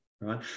right